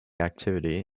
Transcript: activity